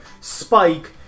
spike